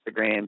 Instagram